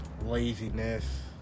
laziness